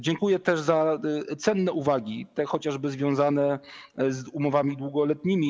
Dziękuję też za cenne uwagi, chociażby te związane z umowami długoletnimi.